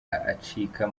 acika